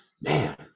Man